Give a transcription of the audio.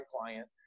client